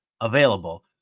available